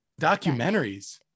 Documentaries